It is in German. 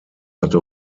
hatte